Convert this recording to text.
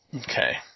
Okay